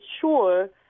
sure